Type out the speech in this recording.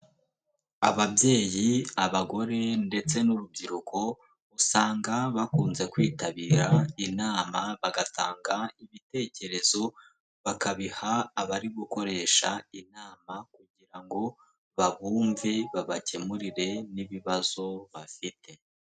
Ababyeyi, abagore ndetse n'urubyiruko, usanga bakunze kwitabira inama bagatanga ibitekerezo, bakabiha abari gukoresha inama kugira ngo babumve, babakemurire n'ibibazo bafite.